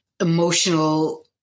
emotional